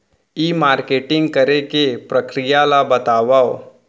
ई marketing करे के प्रक्रिया ला बतावव?